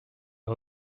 est